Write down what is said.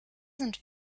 sind